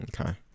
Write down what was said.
Okay